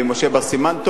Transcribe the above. ועם משה בר סימן-טוב,